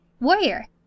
warrior